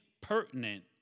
pertinent